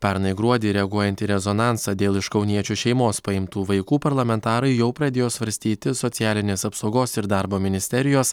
pernai gruodį reaguojant į rezonansą dėl iš kauniečių šeimos paimtų vaikų parlamentarai jau pradėjo svarstyti socialinės apsaugos ir darbo ministerijos